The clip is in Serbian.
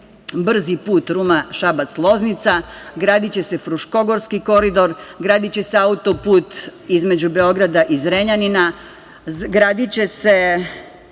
brzi put Ruma-Šabac-Loznica, gradiće se Fruškogorski koridor, gradiće se autoput između Beograda i Zrenjanina. Gradi se